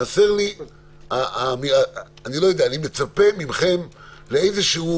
אני מצפה מכם לאיזשהו